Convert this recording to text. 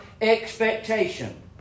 expectation